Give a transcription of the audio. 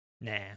Nah